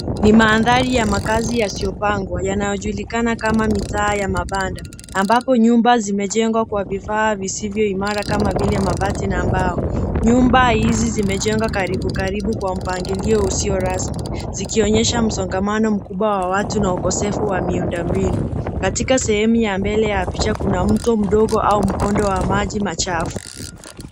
Ni mandhari ya makaazi yasiyopangwa yanayojulikana kama mitaa ya mabanda ambapo nyumba zimejengwa kwa vifaa visivyo imara kama vile mabati na mbao. Nyumba hizi zimejengwa karibu karibu kwa mpangilio usio rasmi zikionyesha msongamano mkubwa wa watu na ukosefu wa miundo mbinu. Katika sehemu ya mbele ya picha kuna mto mdogo au mkondo wa maji machafu.